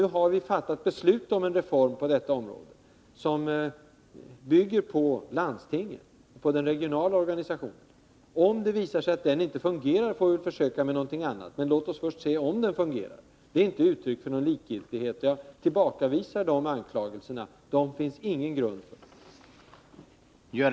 Vi har fattat beslut på detta område som bygger på landstingen, alltså den regionala organisationen. Om det visar sig att den inte fungerar får vi försöka något annat, men låt oss först se om den fungerar. Det är inte uttryck för någon likgiltighet. Jag tillbakavisar de anklagelserna. Det finns ingen grund för dem.